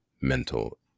mental